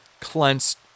clenched